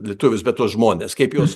lietuvius bet tuos žmones kaip juos